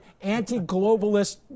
anti-globalist